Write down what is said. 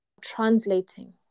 Translating